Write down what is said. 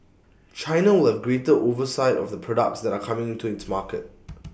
China will have greater oversight of the products that are coming into its market